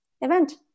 event